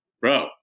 bro